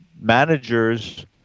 managers